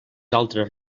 altres